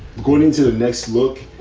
going into the next book,